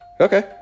Okay